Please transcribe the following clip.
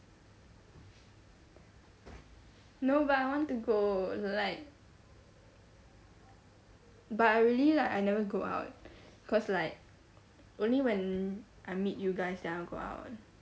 no but I want to go like but I really like I never go out cause like only when I meet you guys then I'll go out